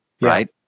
right